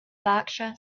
berkshire